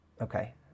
Okay